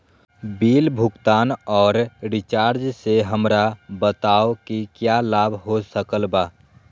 Bill भुगतान और recharge से हमरा बताओ कि क्या लाभ हो सकल बा?